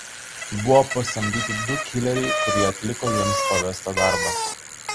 buvo pasamdyti du kileriai kurie atliko jiems pavestą darbą